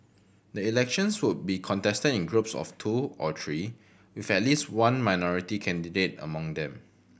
the elections would be contested in groups of two or three with at least one minority candidate among them